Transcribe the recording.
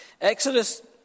Exodus